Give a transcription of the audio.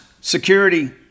Security